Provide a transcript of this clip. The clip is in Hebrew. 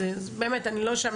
באמת אני לא שם,